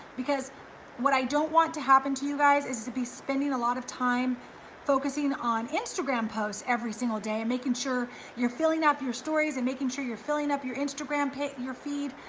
because what i don't want to happen to you guys is to be spending a lot of time focusing on instagram posts every single day, and making sure you're filling out your stories and making sure you're filling up your instagram page, your feed,